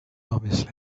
obviously